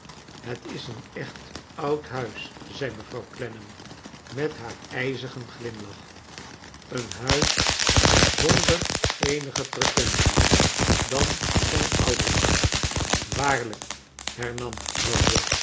het is een echt oud huis zei mevrouw olennam met haar ijzigen glimlach een huis zonder eenige pretentie dan zijn ouderdom waarlijk hernam